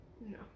No